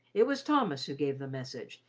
it was thomas who gave the message,